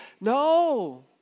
No